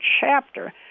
chapter